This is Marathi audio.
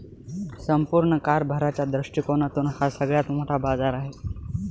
संपूर्ण कारभाराच्या दृष्टिकोनातून हा सगळ्यात मोठा बाजार आहे